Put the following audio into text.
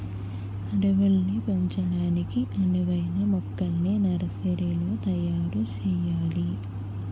అడవుల్ని పెంచడానికి అనువైన మొక్కల్ని నర్సరీలో తయారు సెయ్యాలి